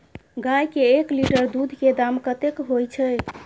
गाय के एक लीटर दूध के दाम कतेक होय छै?